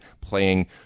playing